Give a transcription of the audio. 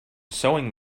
sewing